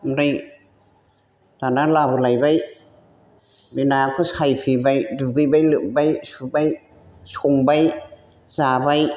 ओमफ्राय दाना लाबोलायबाय बे नायाखौ सायफैबाय दुगैबाय लोबबाय सुबाय संबाय जाबाय